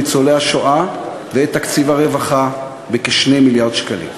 ניצולי השואה ואת תקציב הרווחה בכ-2 מיליארד שקלים.